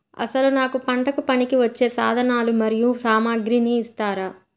అసలు నాకు పంటకు పనికివచ్చే సాధనాలు మరియు సామగ్రిని ఇస్తారా?